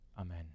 Amen